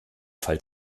fall